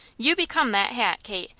you become that hat, kate,